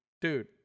dude